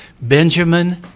Benjamin